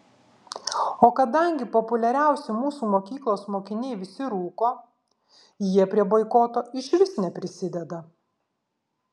o kadangi populiariausi mūsų mokyklos mokiniai visi rūko jie prie boikoto išvis neprisideda